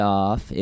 off